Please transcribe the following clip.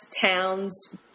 towns